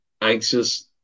anxious